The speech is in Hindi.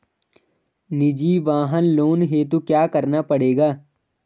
निजी वाहन लोन हेतु क्या करना पड़ेगा?